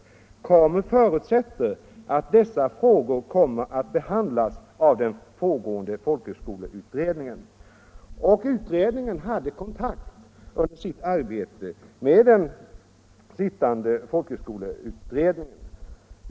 KAMU förutsätter att dessa frågor kommer att behandlas av den pågående folkhögskoleutredningen.” Utredningen hade under sitt arbete kontakt med den sittande folkhögskoleutredningen.